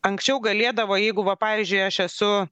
anksčiau galėdavo jeigu va pavyzdžiui aš esu